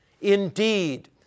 indeed